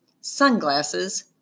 Sunglasses